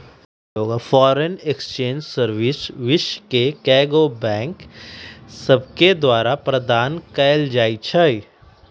foreign exchange service विश्व के कएगो बैंक सभके द्वारा प्रदान कएल जाइ छइ